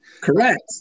Correct